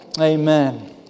Amen